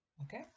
okay